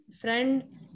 friend